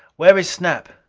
where is snap?